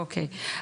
אוקיי,